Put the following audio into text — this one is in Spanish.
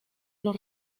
los